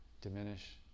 diminish